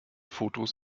fotos